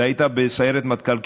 היית בסיירת מטכ"ל,